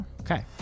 okay